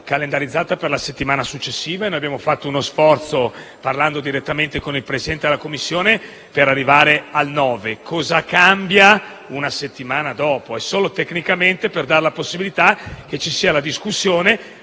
calendarizzato per la settimana successiva e noi abbiamo fatto uno sforzo, parlando direttamente con il Presidente della Commissione, per arrivare al 9 ottobre. Cosa cambia esaminarlo una settimana dopo? È solo per un motivo tecnico, per dare la possibilità che ci sia la discussione,